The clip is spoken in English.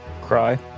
Cry